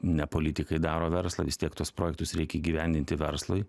ne politikai daro verslą vis tiek tuos projektus reikia įgyvendinti verslui